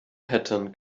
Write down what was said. pattern